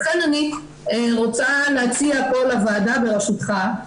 לכן אני רוצה להציע לוועדה ברשותך,